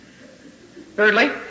Thirdly